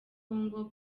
congo